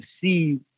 see